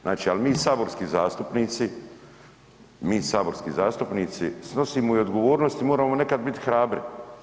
Znači, ali mi saborski zastupnici, mi saborski zastupnici snosimo i odgovornost i moramo nekada biti hrabri.